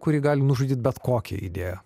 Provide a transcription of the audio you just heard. kuri gali nužudyti bet kokią idėją